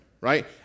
right